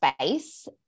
space